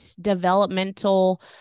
developmental